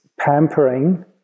pampering